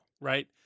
right